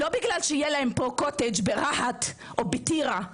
לא כדי שיהיה להם קוטג' ברהט או בטירה,